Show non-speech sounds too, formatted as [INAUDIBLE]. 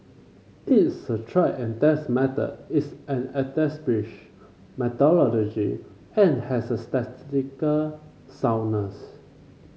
it's a tried and test method it's an [UNINTELLIGIBLE] methodology and has a statistical soundness